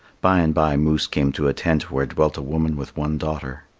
by-and-by moose came to a tent where dwelt a woman with one daughter.